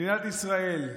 מדינת ישראל,